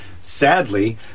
Sadly